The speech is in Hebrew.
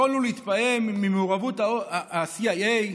יכולנו להתפעם ממעורבות ה-CIA,